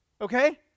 Okay